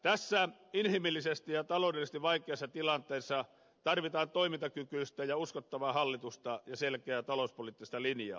tässä inhimillisesti ja taloudellisesti vaikeassa tilanteessa tarvitaan toimintakykyistä ja uskottavaa hallitusta ja selkeää talouspoliittista linjaa